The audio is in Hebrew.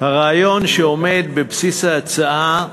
הרעיון שעומד בבסיס ההצעה,